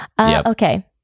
Okay